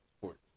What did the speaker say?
sports